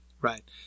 right